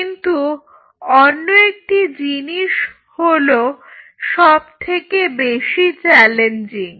কিন্তু অন্য একটি জিনিস হলো সব থেকে বেশি চ্যালেঞ্জিং